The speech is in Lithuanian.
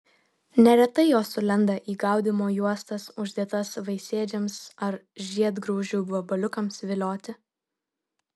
neretai jos sulenda į gaudymo juostas uždėtas vaisėdžiams ar žiedgraužių vabaliukams vilioti